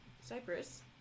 Cyprus